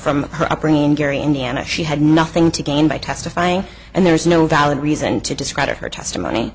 from her upbringing in gary indiana she had nothing to gain by testifying and there is no valid reason to discredit her testimony